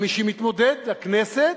גם מי שמתמודד לכנסת